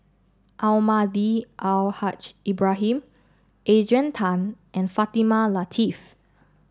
almahdi Al Haj Ibrahim Adrian Tan and Fatimah Lateef